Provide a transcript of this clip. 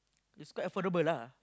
it's quite affordable lah